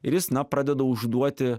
ir jis na pradeda užduoti